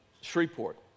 Shreveport